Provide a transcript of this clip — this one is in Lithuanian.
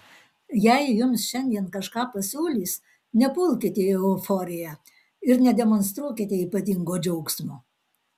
jei jums šiandien kažką pasiūlys nepulkite į euforiją ir nedemonstruokite ypatingo džiaugsmo